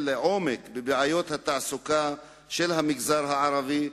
לעומק בבעיות התעסוקה של המגזר הערבי,